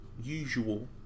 Usual